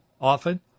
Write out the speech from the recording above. often